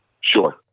Sure